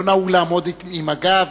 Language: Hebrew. לא נהוג לעמוד עם הגב,